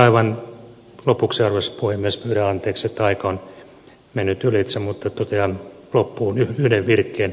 aivan lopuksi arvoisa puhemies pyydän anteeksi että aika on mennyt ylitse mutta totean loppuun yhden virkkeen